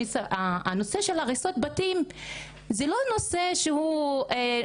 הנושא של הריסות בתים הוא לא נושא שקשור